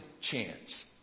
chance